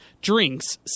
drinks